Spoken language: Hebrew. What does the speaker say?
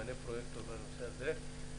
ימנה פרויקטור לנושא הזה.